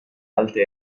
alte